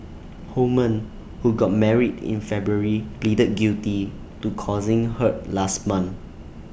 Holman who got married in February pleaded guilty to causing hurt last month